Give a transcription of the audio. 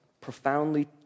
profoundly